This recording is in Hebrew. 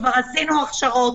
כבר עשינו הכשרות,